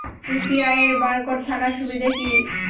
UPI এর barcode থাকার সুবিধে কি?